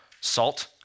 Salt